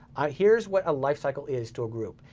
here's what a lifecycle is to a group.